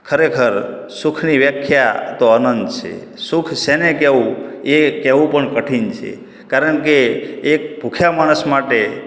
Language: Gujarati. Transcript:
ખરેખર સુખની વ્યાખ્યા તો અનંત છે સુખ શેને કહેવું એ કહેવું પણ કઠીન છે કારણ કે એક ભૂખ્યા માણસ માટે